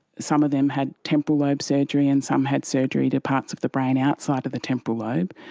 some of them had temporal lobe surgery and some had surgery to parts of the brain outside of the temporal lobe.